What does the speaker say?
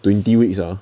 twenty weeks ah